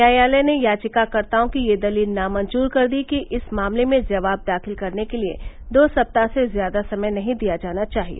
न्यायालय ने याचिकाकर्ताओं की यह दलील नामंजूर कर दी कि इस मामले में जवाब दाखिल करने के लिए दो सप्ताह से ज्यादा समय नही दिया जाना चाहिए